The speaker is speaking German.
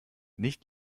nicht